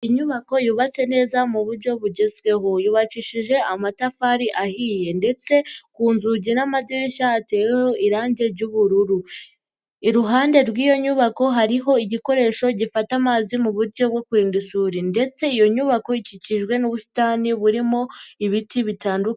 Inyubako yubatse neza mu buryo bugezweho yubakishije amatafari ahiye ndetse ku nzugi n'amadirishya hateweho irangi ry'ubururu, iruhande rw'iyo nyubako hariho igikoresho gifata amazi mu buryo bwo kurinda isuri ndetse iyo nyubako ikikijwe n'ubusitani burimo ibiti bitandukanye.